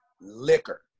liquor